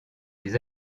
les